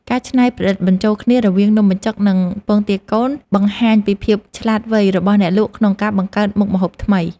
ការច្នៃប្រឌិតបញ្ចូលគ្នារវាងនំបញ្ចុកនិងពងទាកូនបង្ហាញពីភាពឆ្លាតវៃរបស់អ្នកលក់ក្នុងការបង្កើតមុខម្ហូបថ្មី។